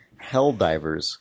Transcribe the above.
Helldivers